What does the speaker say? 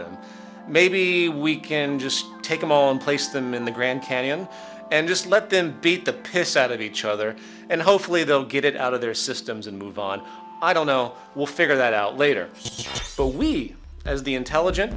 them maybe we can just take them on place them in the grand canyon and just let them beat the piss out of each other and hopefully they'll get it out of their systems and move on i don't know we'll figure that out later so we as the intelligent